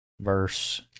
verse